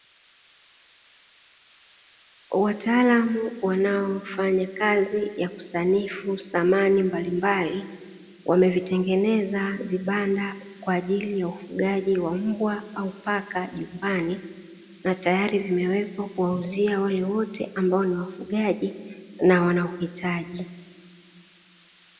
Wataalamu wanaofanya kazi ya kusanifu samani mbalimbali wamevitengeneza vibanda, kwa ajili ya ufugaji wa mbwa au paka nyumbani na tayari vimewekwa kuwauzia wale wote ambao ni wafugaji na wanaohitaji.